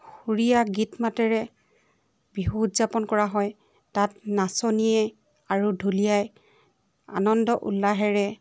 সুৰীয়া গীত মাতেৰে বিহু উদযাপন কৰা হয় তাত নাচনীয়ে আৰু ঢুলীয়াই আনন্দ উল্লাসেৰে